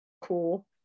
cool